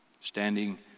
standing